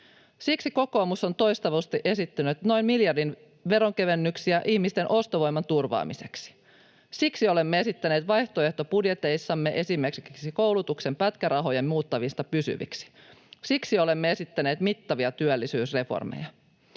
Siksi kokoomus on toistuvasti esittänyt noin miljardin veronkevennyksiä ihmisten ostovoiman turvaamiseksi. Siksi olemme esittäneet vaihtoehtobudjeteissamme esimerkiksi koulutuksen pätkärahojen muuttamista pysyviksi. Siksi olemme esittäneet mittavia työllisyysreformeja.